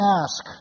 ask